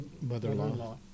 mother-in-law